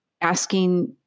asking